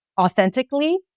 authentically